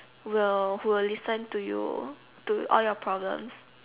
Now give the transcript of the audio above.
will who will listen to you to all your problems